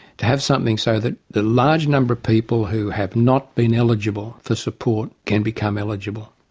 to have something so that the large number of people who have not been eligible for support can become eligible.